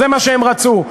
זה מה שהם רצו.